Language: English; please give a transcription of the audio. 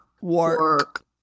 Work